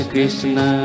Krishna